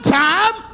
time